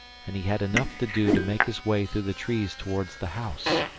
and he had enough to do to make his way through the trees towards the house.